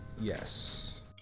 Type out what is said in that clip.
yes